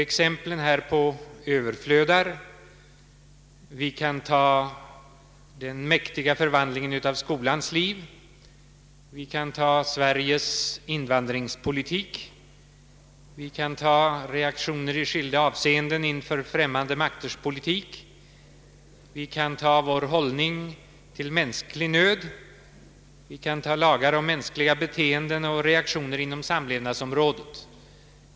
Exemplen härpå överflödar: den mäktiga förvandlingen av skolans liv, Sveriges invandringspolitik, reaktioner i skilda avseenden inför främmande makters politik, vår hållning till mänsklig nöd, lagar om mänskliga beteenden och reaktioner inom samlevnadsområdet.